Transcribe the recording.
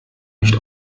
nicht